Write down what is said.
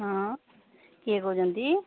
ହଁ କିଏ କହୁଛନ୍ତି